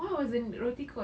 what was the roti called